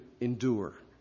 endure